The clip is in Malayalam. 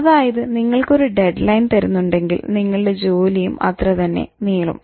അതായത് നിങ്ങൾക്ക് ഒരു ഡെഡ്ലൈൻ തരുന്നുണ്ടെങ്കിൽ നിങ്ങളുടെ ജോലിയും അത്ര തന്നെ നീളും